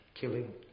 killing